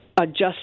Adjust